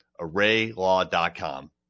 ArrayLaw.com